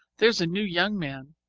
there's a new young man,